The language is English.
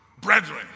brethren